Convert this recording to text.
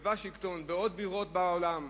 בוושינגטון ובעוד בירות בעולם.